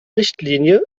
richtlinie